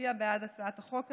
להצביע בעד הצעת החוק הזו,